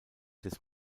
des